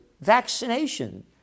vaccination